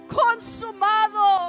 consumado